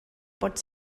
pot